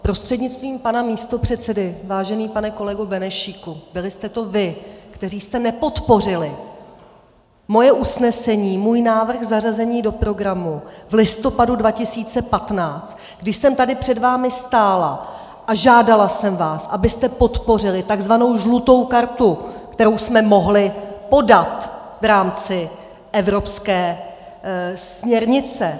Prostřednictvím pana místopředsedy vážený pane kolego Benešíku, byli jste to vy, kteří jste nepodpořili moje usnesení, můj návrh zařazení do programu v listopadu 2015, když jsem tady před vámi stála a žádala jsem vás, abyste podpořili tzv. žlutou kartu, kterou jsme mohli podat v rámci evropské směrnice.